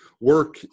work